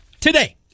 today